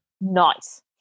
Nice